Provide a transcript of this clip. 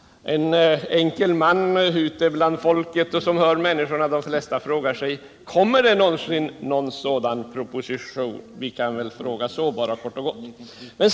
En enkel 6 april 1978 man som är ute och lyssnar på människorna finner att de flesta frågar: Kommer det någonsin en sådan proposition? Vi kan väl bara kort och gott ställa den frågan.